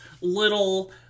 little